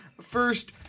first